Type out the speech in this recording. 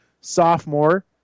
sophomore